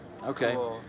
Okay